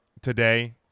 today